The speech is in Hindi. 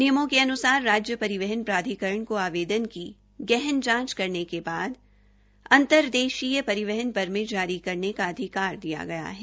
नियमों के अनुसार राज्य परिवहन प्राधिकरण को आवेदन की गहन जांच करने के बाद अंतर देशीय परिवहन परमिट जारी करने का अधिकार दिया गया है